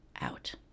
out